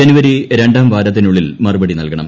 ജനുവരി രണ്ടാം വാരത്തിനുള്ളിൽ മറുപടി നൽകണം